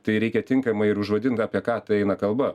tai reikia tinkamai ir užvadint apie ką ta eina kalba